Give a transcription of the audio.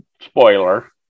spoiler